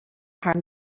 harm